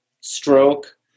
stroke